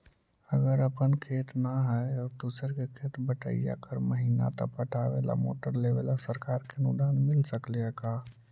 अगर अपन खेत न है और दुसर के खेत बटइया कर महिना त पटावे ल मोटर लेबे ल सरकार से अनुदान मिल सकले हे का?